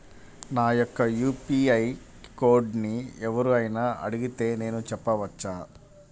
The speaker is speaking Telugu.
నా యొక్క యూ.పీ.ఐ కోడ్ని ఎవరు అయినా అడిగితే నేను చెప్పవచ్చా?